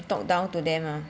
like she talk down to them ah